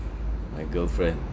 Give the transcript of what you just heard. my girlfriend